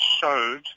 showed